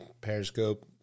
Periscope